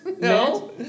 No